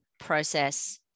process